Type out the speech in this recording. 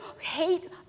hate